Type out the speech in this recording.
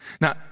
Now